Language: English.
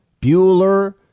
Bueller